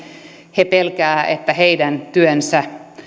he pelkäävät että heidän työnsä